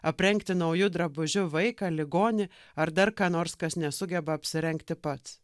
aprengti nauju drabužiu vaiką ligonį ar dar ką nors kas nesugeba apsirengti pats